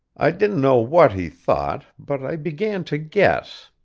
i didn't know what he thought, but i began to guess.